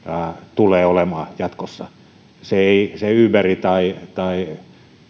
tulee jatkossa olemaan ei se uber tai